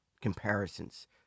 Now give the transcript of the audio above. comparisons